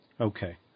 Okay